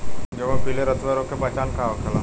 गेहूँ में पिले रतुआ रोग के पहचान का होखेला?